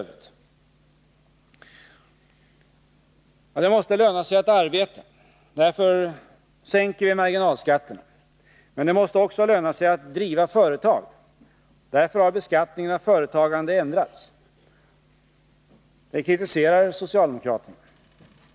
Det måste löna sig att arbeta. Därför sänker vi marginalskatterna. Men det måste också löna sig att driva företag. Därför har beskattningen av företagande ändrats. Det kritiserar socialdemokraterna.